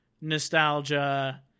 nostalgia